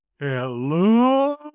Hello